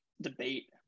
debate